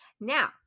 Now